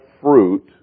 fruit